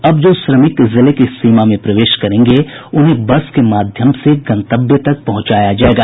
अब जो श्रमिक जिले की सीमा में प्रवेश करेंगे उन्हें बस के माध्यम से गंतव्य तक पहुंचाया जायेगा